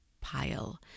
pile